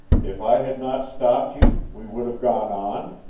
if i had not stopped you we would have gone on?